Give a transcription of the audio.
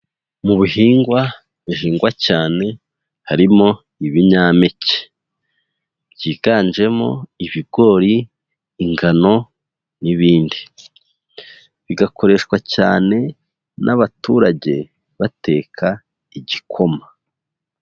Mu bihingwa bihingwa cyane harimo ibinyampeke, byiganjemo ibigori, ingano n'ibindi, bigakoreshwa cyane n'abaturage bateka igikoma.